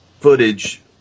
footage